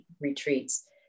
retreats